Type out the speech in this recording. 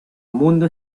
mundo